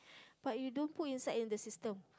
but you don't put inside in the system